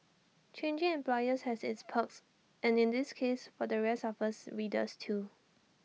changing employers has its perks and in this case for the rest of us readers too